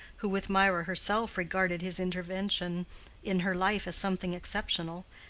who with mirah herself regarded his intervention in her life as something exceptional,